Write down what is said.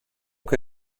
que